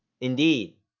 Indeed